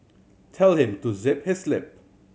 tell him to zip his lip